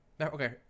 Okay